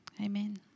Amen